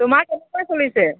তোমাৰ কেনেকুৱা চলিছে